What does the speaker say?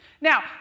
Now